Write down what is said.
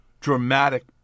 dramatic